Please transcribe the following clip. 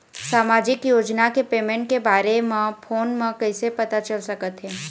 सामाजिक योजना के पेमेंट के बारे म फ़ोन म कइसे पता चल सकत हे?